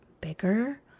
bigger